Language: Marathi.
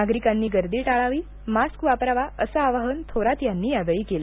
नागरिकांनी गर्दी टाळावी मास्क वापरावा असं आवाहन थोरात यांनी यावेळी केलं